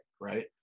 right